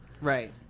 Right